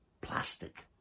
plastic